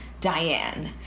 Diane